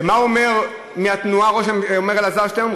ומה אומר אלעזר שטרן מהתנועה?